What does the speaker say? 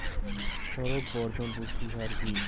শিকড় বর্ধক পুষ্টি সার কি?